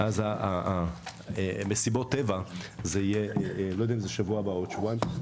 אז מסיבות טבע זה יהיה בשבוע בא או בעוד שבועיים.